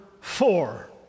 four